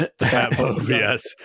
yes